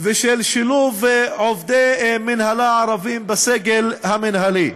ושל שילוב עובדי מינהלה ערבים בסגל המינהלי.